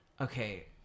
okay